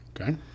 Okay